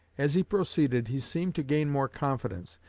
as he proceeded he seemed to gain more confidence,